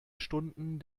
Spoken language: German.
stunden